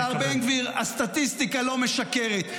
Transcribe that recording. השר בן גביר, הסטטיסטיקה לא משקרת.